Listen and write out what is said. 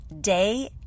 day